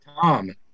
Tom